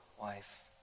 wife